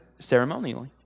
ceremonially